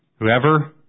whoever